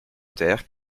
terre